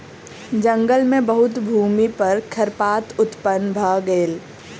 जंगल मे बहुत भूमि पर खरपात उत्पन्न भ गेल